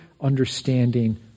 understanding